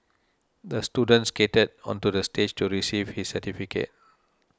the student skated onto the stage to receive his certificate